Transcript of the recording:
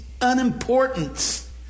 unimportance